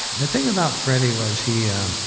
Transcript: the thing about freddie was he um